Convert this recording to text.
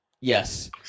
Yes